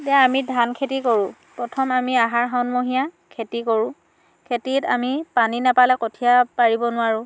এতিয়া আমি ধান খেতি কৰোঁ প্ৰথম আমি আহাৰ শাওন মহীয়া খেতি কৰোঁ খেতিত আমি পানী নাপালে কঠীয়া পাৰিব নোৱাৰোঁ